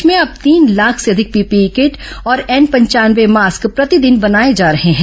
देश में अब तीन लाख से अधिक पीपीई किट और एन पंचानवे मास्क प्रतिदिन बनाए जा रहे हैं